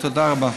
תודה רבה.